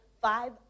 Five